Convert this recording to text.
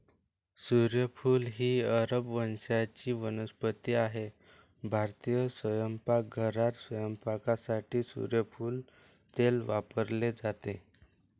सूर्यफूल ही अरब वंशाची वनस्पती आहे भारतीय स्वयंपाकघरात स्वयंपाकासाठी सूर्यफूल तेल वापरले जाते